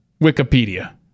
Wikipedia